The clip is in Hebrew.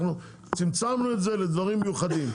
אנחנו צמצמנו את זה לדברים מיוחדים.